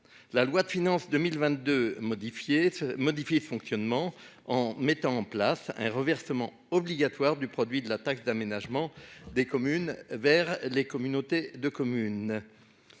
La loi de finances pour 2022 modifie ce fonctionnement en mettant en place un reversement obligatoire du produit de la taxe d'aménagement des communes aux communautés de communes.